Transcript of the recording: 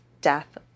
death